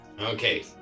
Okay